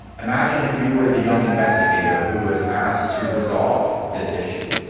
imagine if you were the young investigator who was asked to resolve this issue.